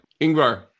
Ingvar